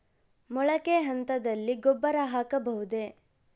ಮೊಳಕೆ ಹಂತದಲ್ಲಿ ಗೊಬ್ಬರ ಹಾಕಬಹುದೇ?